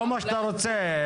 לא מה שאתה רוצה,